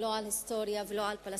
לא על היסטוריה ולא על פלסטינים,